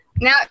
Now